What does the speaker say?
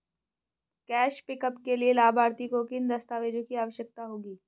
Cash pickup के लिए लाभार्थी को किन दस्तावेजों की आवश्यकता होगी?